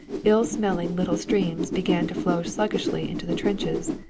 ill-smelling little streams began to flow sluggishly into the trenches.